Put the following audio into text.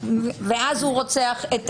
ואז הוא רוצח את